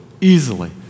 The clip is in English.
easily